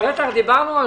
מבקר המדינה.